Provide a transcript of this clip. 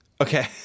Okay